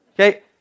Okay